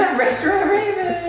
restaurant raven.